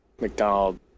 McDonald